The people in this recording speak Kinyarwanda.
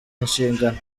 inshingano